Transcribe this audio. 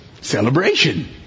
Celebration